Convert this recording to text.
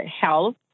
health